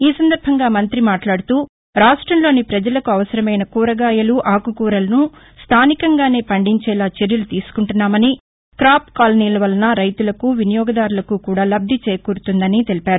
ఈ సందర్బంగా మంతి మాట్లాడుతూ రాష్ట్రంలోని ప్రజలకు అవసరమైన కూరగాయలు ఆకుకూరలను స్థానికంగానే పండించేలా చర్యలు తీసుకుంటున్నామని క్రాప్ కాలనీల వలన రైతులకు వినియోగదారులకు కూడా లబ్లిచేకూరుతుందని తెలిపారు